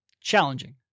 challenging